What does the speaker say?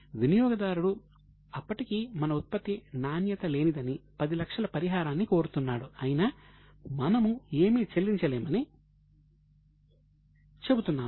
కానీ వినియోగదారుడు అప్పటికీ మన ఉత్పత్తి నాణ్యత లేనిదని 10 లక్షల పరిహారాన్ని కోరుతున్నాడు అయినా మనము ఏమీ చెల్లించలేమని చెబుతున్నాము